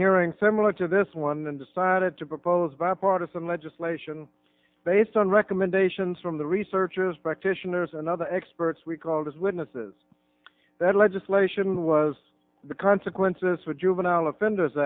hearing similar to this one and decided to propose bipartisan legislation based on recommendations from the researchers practitioners and other experts we called as witnesses that legislation was the consequences for juvenile offenders